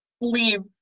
leave